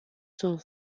sunt